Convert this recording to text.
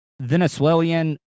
Venezuelan